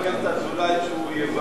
אני סומך על חבר הכנסת אזולאי שהוא יבהיר.